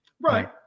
Right